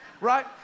Right